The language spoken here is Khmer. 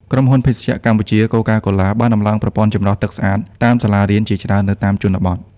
ក្រុមហ៊ុន ភេសជ្ជៈកម្ពុជា កូកាកូឡា (Coca-Cola) បានដំឡើងប្រព័ន្ធចម្រោះទឹកស្អាតតាមសាលារៀនជាច្រើននៅតាមជនបទ។